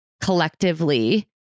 collectively